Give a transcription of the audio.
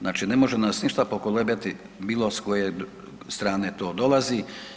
Znači, ne može nas ništa pokolebati bilo s koje strane to dolazi.